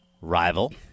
rival